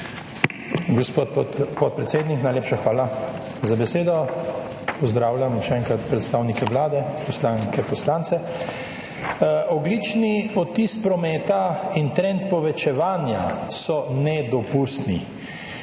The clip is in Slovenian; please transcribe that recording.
Gospod podpredsednik, najlepša hvala za besedo. Še enkrat pozdravljam predstavnike Vlade, poslanke, poslance! Ogljični odtis prometa in trend povečevanja sta nedopustna